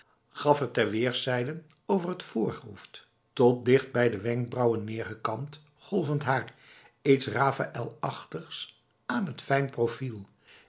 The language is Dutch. gaf het ter weerszijden over het voorhoofd tot dichtbij de wenkbrauwen neergekamd golvend haar iets rafaëlachtigs aan t fijn profiel